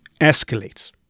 escalates